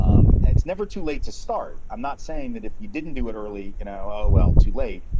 um and it's never too late to start. i'm not saying that if you didn't do it early, you know, on ah well. too late.